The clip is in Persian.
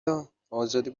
ها؟ ازاده